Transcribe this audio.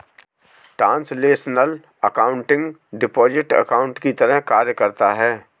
translational accounting deposit account की तरह कार्य करता है